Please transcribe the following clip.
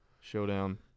Showdown